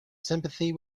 sympathy